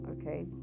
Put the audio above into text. okay